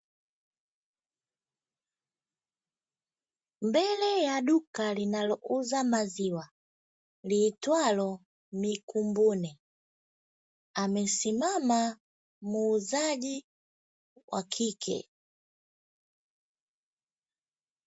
Mbele ya duka linalouzwa maziwa liitwalo mikumbune amesimama muuzaji wakike.